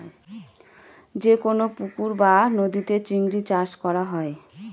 যেকোনো পুকুর বা নদীতে চিংড়ি চাষ করা হয়